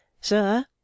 Sir